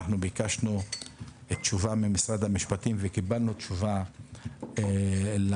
ביקשנו תשובה ממשרד המשפטים וקיבלנו תשובה לוועדה.